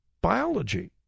biology